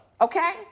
okay